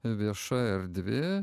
vieša erdvė